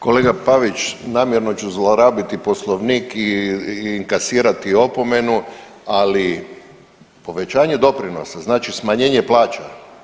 Kolega Pavić namjerno ću zlorabiti Poslovnik i inkasirati opomenu, ali povećanje doprinosa znači smanjenje plaća.